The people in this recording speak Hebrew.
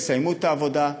יסיימו את העבודה,